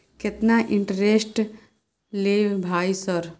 केतना इंटेरेस्ट ले भाई सर?